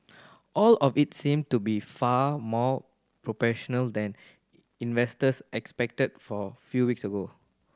all of it seem to be far more than investors expected for few weeks ago